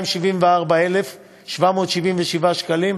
ו-274,777 שקלים